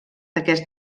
aquest